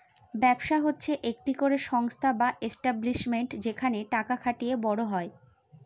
ব্যবসা হচ্ছে একটি করে সংস্থা বা এস্টাব্লিশমেন্ট যেখানে টাকা খাটিয়ে বড় হয়